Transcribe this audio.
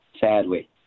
sadly